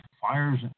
fires